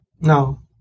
No